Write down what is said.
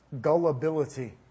gullibility